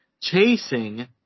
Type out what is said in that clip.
chasing